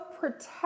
protect